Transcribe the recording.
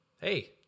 hey